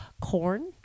corn